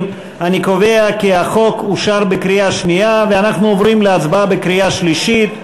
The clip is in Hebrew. קריאה שנייה וקריאה שלישית.